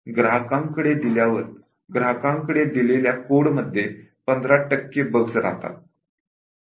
ग्राहकांकडे दिलेल्या कोडमध्ये 15 बग्स राहतात